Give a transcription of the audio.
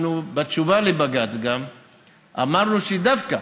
בתשובה לבג"ץ גם אמרנו שדווקא